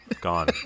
gone